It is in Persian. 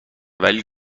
ولی